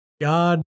God